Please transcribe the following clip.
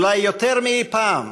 אולי יותר מאי פעם,